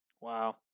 Wow